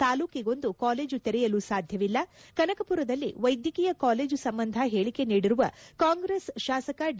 ತಾಲ್ಲೂಕಿಗೊಂದು college ತೆರೆಯಲು ಸಾಧ್ವವಿಲ್ಲ ಕನಕಪುರದಲ್ಲಿ ವೈದ್ಯಕೀಯ ಕಾಲೇಜು ಸಂಬಂಧ ಹೇಳಿಕೆ ನೀಡಿರುವ ಕಾಂಗ್ರೆಸ್ ಶಾಸಕ ಡಿ